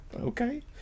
Okay